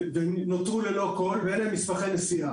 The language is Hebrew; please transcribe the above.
מאז עברו כמה שינויים.